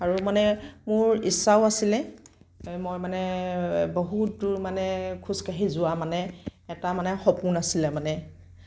আৰু মানে মোৰ ইচ্ছাও আছিলে মই মানে বহুত দূৰ মানে খোজকাঢ়ি যোৱাৰ মানে এটা মানে সপোন আছিলে মানে